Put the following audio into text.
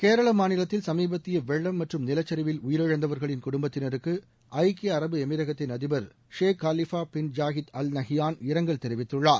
கேரள மாநிலத்தில் சமீபத்திய வெள்ளம் மற்றும் நிலச்சரிவில் உயிரிழந்தவர்களின் குடுப்பத்தினருக்கு ஐக்கிய அரபு எமிரகத்தின் அதிபர் Sheikh Khalifa bin Zayed Al நஹ்யான்இரங்கல் தெரிவித்துள்ளார்